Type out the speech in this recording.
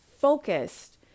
focused